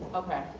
okay.